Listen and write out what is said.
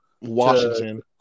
Washington